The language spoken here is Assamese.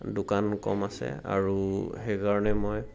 দোকান কম আছে আৰু সেইকাৰণে মই